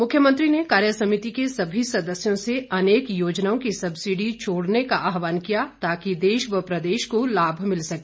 मुख्यमंत्री ने कार्यसमिति के सभी सदस्यों से अनेक योजनाओं की सब्सिडी छोड़ने का आहवान किया ताकि देश व प्रदेश को लाभ मिल सके